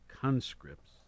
conscripts